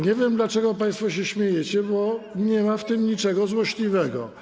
Nie wiem, dlaczego państwo się śmiejecie, bo nie ma w tym niczego złośliwego.